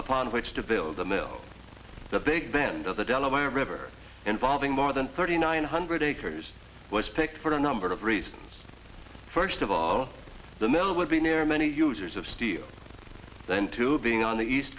upon which to build the mill the big bend of the delaware river involving more than thirty nine hundred acres was picked for a number of reasons first of all the mill would be nearer many users of steel then to being on the east